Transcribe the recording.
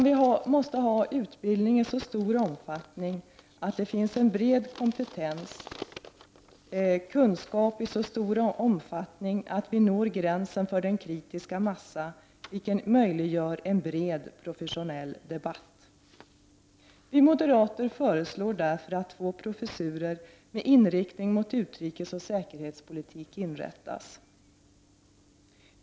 Vi måste ha utbildning i så stor omfattning att det finns en bred kompetens, så att vi når gränsen för den kritiska massa vilken möjliggör en bred professionell debatt. Vi moderater föreslår därför att två professurer med inriktning mot utrikesoch säkerhetspolitik inrättas.